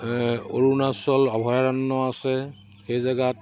অৰুণাচল অভয়াৰণ্য আছে সেই জেগাত